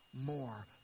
more